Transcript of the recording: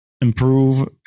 improve